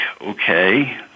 okay